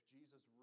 Jesus